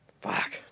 fuck